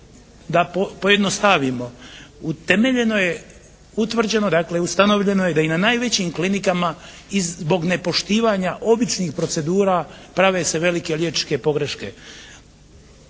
da pojednostavimo. Utemeljeno je, utvrđeno dakle ustavljeno je da i na najvećim klinikama zbog nepoštivanja običnih procedura prave se velike liječničke pogreške.